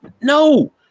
No